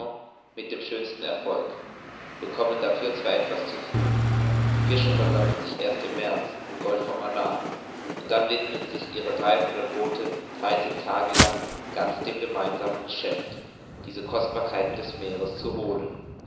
mit dem schönsten erfolg wir kommen dafür zwar etwas zu früh die fischer versammeln sich erst im märz im golf von manaar und dann widmen sich ihre dreihundert boote dreißig tage lang ganz dem gemeinsamen geschäft diese kostbarkeiten des meeres zu holen